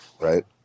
right